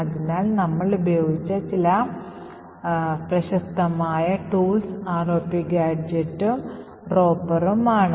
അതിനാൽ നമ്മൾ ഉപയോഗിച്ച ചില പ്രശസ്തമായ ഉപകരണങ്ങൾ ROP ഗാഡ്ജെറ്റും Ropperഉംആണ്